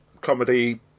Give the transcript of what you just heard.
comedy